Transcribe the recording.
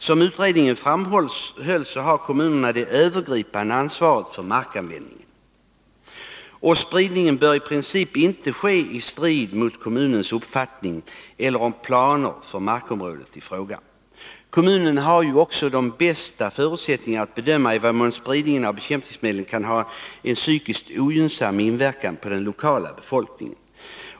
Som utredningen framhöll har kommunen det övergripande ansvaret för markanvändningen, och spridningen bör i princip inte ske i strid mot kommunens uppfattning om eller planer för markområdet i fråga. Kommunen har också de bästa förutsättningarna att bedöma i vad mån spridningen av bekämpningsmedlen kan ha en psykiskt ogynnsam inverkan på den lokala befolkningen.